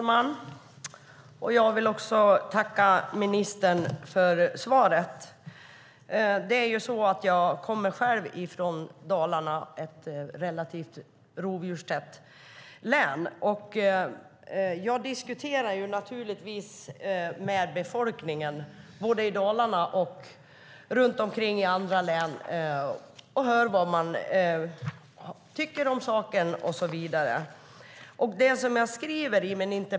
Fru talman! Jag tackar ministern för svaret. Jag kommer från Dalarna som är ett relativt rovdjurstätt län. Jag diskuterar givetvis med befolkningen både i Dalarna och runt om i andra län och hör vad man tycker om saken.